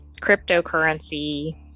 cryptocurrency